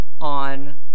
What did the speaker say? on